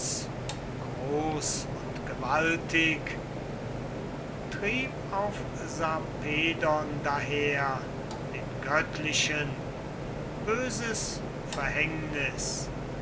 groß und gewaltig trieb auf sarpedon daher den göttlichen böses verhängnis